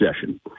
session